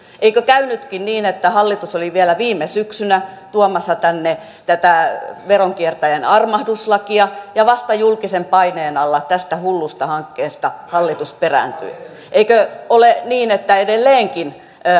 eikö käynytkin niin että hallitus oli vielä viime syksynä tuomassa tänne tätä veronkiertäjän armahduslakia ja vasta julkisen paineen alla tästä hullusta hankkeesta hallitus perääntyi eikö ole niin että edelleenkin